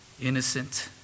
innocent